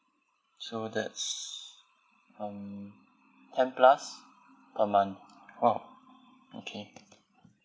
so that's um ten plus a month !wow! okay